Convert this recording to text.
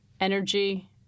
energy